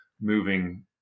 moving